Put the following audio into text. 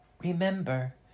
Remember